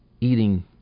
eating